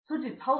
ಸುಜಿತ್ ಹೌದು